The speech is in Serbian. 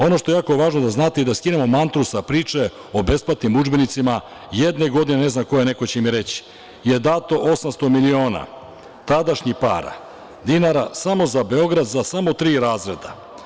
Ono što je jako važno da znate i da skinemo mantru sa priče o besplatnim udžbenicima, jedne godine, ne znam koje, neko će mi reći, dato je 800 miliona, tadašnjih para, dinara, samo za Beograd, samo za tri razreda.